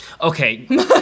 Okay